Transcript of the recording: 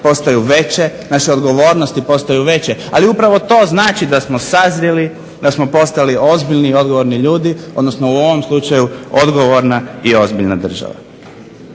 državama, naše odgovornosti postaju veće ali upravo to znači da smo sazrjeli, da smo postali ozbiljni i odgovorni ljudi, u ovom slučaju odgovorna i ozbiljna država.